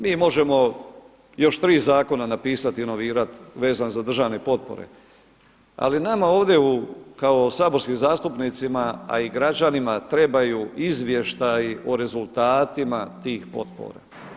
Mi možemo još 3 zakona napisati, inovirati vezano za državne potpore ali nama ovdje kao saborskim zastupnicima a i građanima trebaju izvještaji o rezultatima tih potpora.